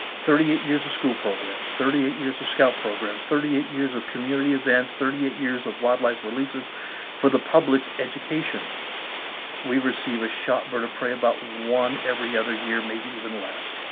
thirty eight years of school programs thirty eight years of scout programs thirty eight years of community events thirty eight years of wildlife releases for the public's education we receive a shot bird of prey about one every other year maybe even less